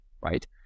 right